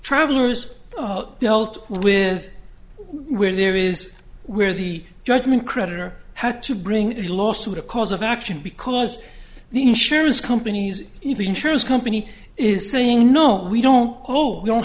travelers dealt with where there is where the judgment creditor had to bring a lawsuit a cause of action because the insurance company's insurance company is saying no we don't owe you don't